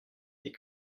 des